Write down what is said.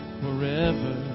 forever